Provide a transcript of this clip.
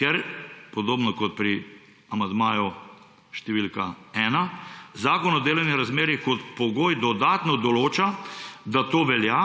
ker – podobno kot pri amandmaju številka 1 – Zakon o delovnih razmerjih kot pogoj dodatno določa, da to velja,